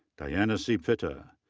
diana c. pita.